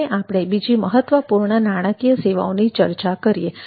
હવે આપણે બીજી મહત્વપૂર્ણ નાણાકીય સેવાઓની ચર્ચા કરીએ છે